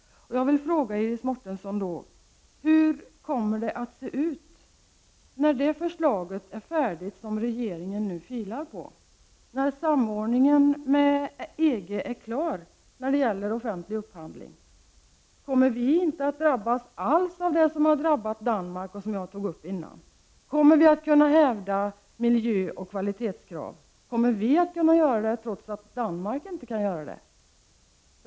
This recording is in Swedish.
Jag vill fråga Iris Mårtensson: Hur kommer det att bli när det förslag som regeringen nu filar på är färdigt? Kommer vi när samordningen med EG beträffande offentlig upphandling är klar inte alls att drabbas av de effekter som Danmark drabbats av och som jag tidigare berört? Kommer vi att kunna hävda miljöoch kvalitetskraven, i motsats till vad som varit fallet beträffande Danmark?